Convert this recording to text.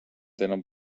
tenen